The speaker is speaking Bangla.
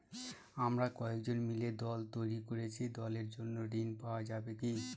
আমরা কয়েকজন মিলে দল তৈরি করেছি দলের জন্য ঋণ পাওয়া যাবে কি?